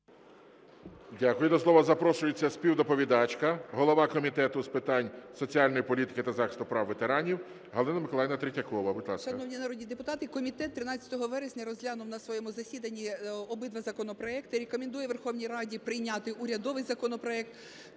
Дякую. До слова запрошується співдоповідачка голова Комітету з питань соціальної політики та захисту прав ветеранів Галина Миколаївна Третьякова. Будь ласка. 11:23:15 ТРЕТЬЯКОВА Г.М. Шановні народні депутати! Комітет 13 вересня розглянув на своєму засіданні обидва законопроекти. Рекомендує Верховній Раді прийняти урядовий законопроект,